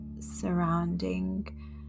surrounding